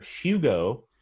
Hugo